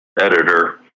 editor